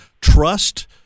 trust